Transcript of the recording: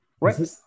right